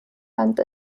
land